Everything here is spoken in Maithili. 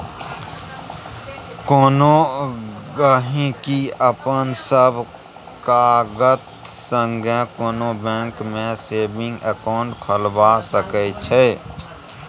कोनो गहिंकी अपन सब कागत संगे कोनो बैंक मे सेबिंग अकाउंट खोलबा सकै छै